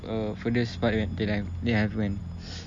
uh furthest part that I've that I've went